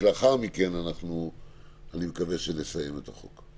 ואני מקווה שנסיים את החוק בעוד שתי ישיבות.